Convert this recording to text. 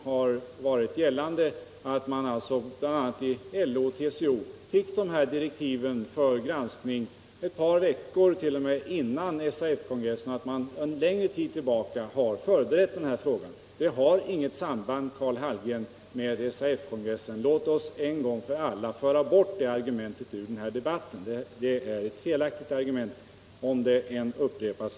Han nämnde bl.a. att LO och TCO fick direktiven 75 till granskning ett par veckor före SAF-kongressen och att man under en längre tid hade förberett den här frågan. Det har inget samband med SAF-kongressen, Karl Hallgren. Låt oss en gång för alla sålla bort det argumentet ur denna debatt. Det är ett felaktigt argument, hur många gånger det än upprepas.